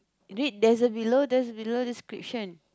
did there's a below there's a below description